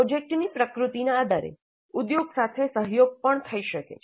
પ્રોજેક્ટની પ્રકૃતિના આધારે ઉદ્યોગ સાથે સહયોગ પણ થઈ શકે છે